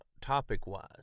topic-wise